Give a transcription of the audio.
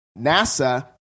NASA